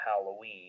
halloween